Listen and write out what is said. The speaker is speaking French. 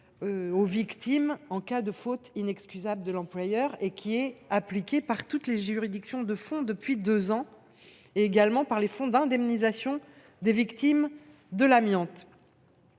aux victimes en cas de faute inexcusable de l’employeur est appliquée par toutes les juridictions de fond depuis deux ans ; elle l’est également par les fonds d’indemnisation des victimes de l’amiante.